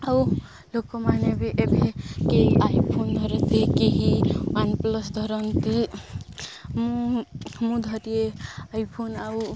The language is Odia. ଆଉ ଲୋକମାନେ ବି ଏବେ କେହି ଆଇଫୋନ୍ ଧରନ୍ତି କେହି ୱାନ୍ ପ୍ଲସ୍ ଧରନ୍ତି ମୁଁ ମୁଁ ଧରି ଆଇଫୋନ୍ ଆଉ